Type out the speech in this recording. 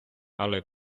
але